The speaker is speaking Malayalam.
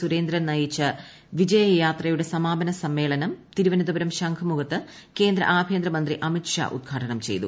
സുരേന്ദ്രൻ നയിച്ച വിജയ യാത്രയുടെ സമാപന സമ്മേളനം തിരുവനന്തപുരം ശംഖുമുഖത്ത് കേന്ദ്ര ആഭ്യന്തര മന്ത്രി അമിത് ഷാ ഉദ്ഘാടനം ചെയ്തു